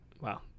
Wow